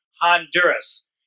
Honduras